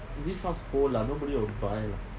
this house old lah nobody will buy lah